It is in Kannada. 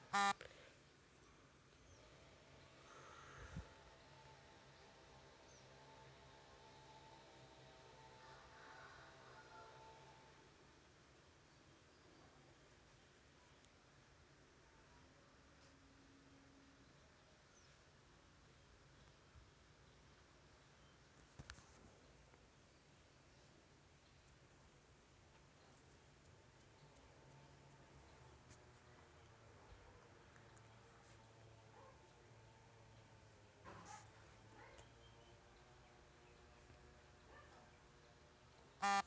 ಖಾತೆ ತೆರೆಯಲು ವರ್ಷಗಳ ಮಿತಿ ಇದೆಯೇ?